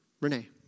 Renee